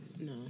No